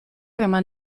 eman